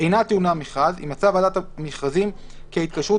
אינה טעונה מכרז אם מצאה ועדת המכרזים כי ההתקשרות